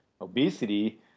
obesity